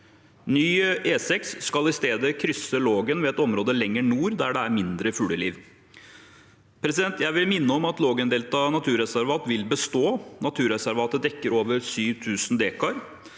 Ny E6 skal i stedet krysse Lågen ved et område lenger nord, der det er mindre fugleliv. Jeg vil minne om at Lågendeltaet naturreservat vil bestå. Naturreservatet dekker over 7 000 dekar.